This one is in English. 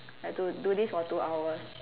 have to do this for two hours